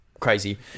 Crazy